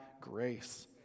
grace